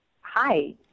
Hi